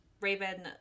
Raven